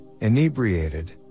inebriated